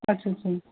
اچھا اچھا